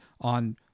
on